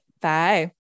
Bye